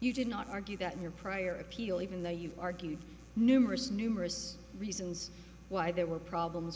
you did not argue that your prior appeal even though you argued numerous numerous reasons why there were problems